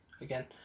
again